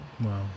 Wow